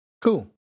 Cool